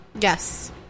Yes